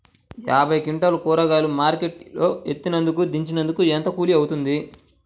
యాభై క్వింటాలు కూరగాయలు మార్కెట్ లో ఎత్తినందుకు, దించినందుకు ఏంత కూలి అవుతుంది?